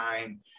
time